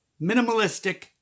minimalistic